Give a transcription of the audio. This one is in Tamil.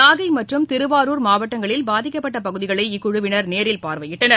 நாகை மற்றும் திருவாரூர் மாவட்டங்களில் பாதிக்கப்பட்ட பகுதிகளை இக்குழுவினர் நேரில் பார்வையிட்டனர்